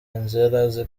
aziko